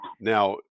Now